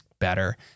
better